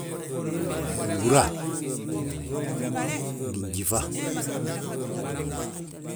Hee ngúra, ngi njífa